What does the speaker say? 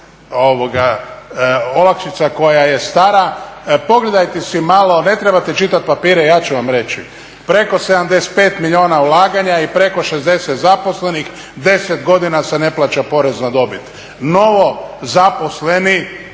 je olakšica koja je stara. Pogledajte si malo, ne trebate čitati papire, ja ću vam reći. Preko 75 milijuna ulaganja i preko 60 zaposlenih, 10 godina se ne plaća porez na dobit. Novo zaposleni,